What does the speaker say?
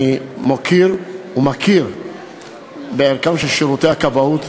אני מוקיר ומכיר בערכם של שירותי הכבאות,